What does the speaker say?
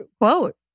quote